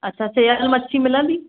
अच्छा सिअल मच्छी मिलंदी